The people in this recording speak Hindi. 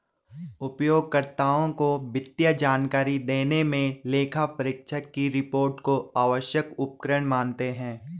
उपयोगकर्ताओं को वित्तीय जानकारी देने मे लेखापरीक्षक की रिपोर्ट को आवश्यक उपकरण मानते हैं